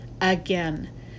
again